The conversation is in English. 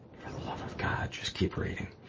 for the love of god, just keep reading!